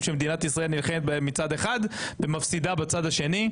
שמדינת ישראל נלחמת בהם מצד אחד ומפסידה בצד השני.